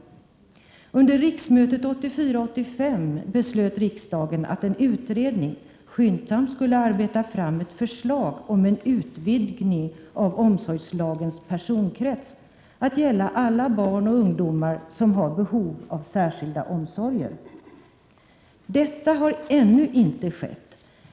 Under riksmötet 1984/85 beslöt riksdagen att en utredning skyndsamt skulle arbeta fram ett förslag om en utvidgning av omsorgslagens personkrets till att gälla alla barn och ungdomar som har behov av särskilda omsorger. Detta har ännu inte skett.